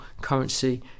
currency